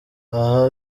aha